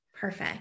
Perfect